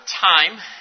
time